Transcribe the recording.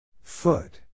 Foot